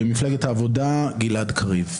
מפלגת העבודה - גלעד קריב.